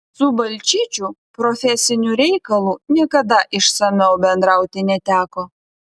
su balčyčiu profesiniu reikalu niekada išsamiau bendrauti neteko